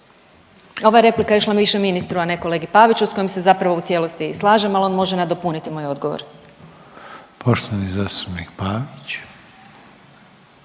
Ova replika je išla više ministru, a ne kolegi Paviću s kojom se zapravo u cijelosti slažem, al on može nadopuniti moj odgovor. **Reiner,